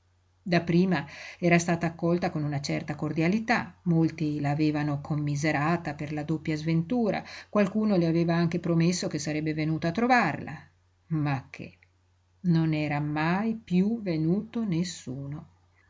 requie dapprima era stata accolta con una certa cordialità molti la avevano commiserata per la doppia sventura qualcuno le aveva anche promesso che sarebbe venuto a trovarla ma che non era mai piú venuto nessuno